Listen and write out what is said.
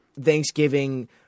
Thanksgiving